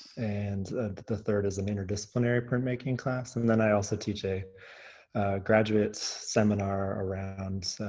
and the third is an interdisciplinary printmaking class. and then i also teach a graduate seminar around